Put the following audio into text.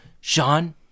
Sean